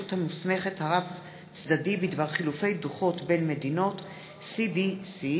המוסמכת הרב-צדדי בדבר חילופי דוחות בין מדינות (CbC).